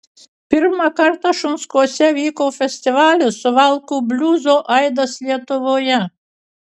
pirmą kartą šunskuose vyko festivalis suvalkų bliuzo aidas lietuvoje